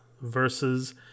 versus